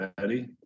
ready